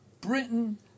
Britain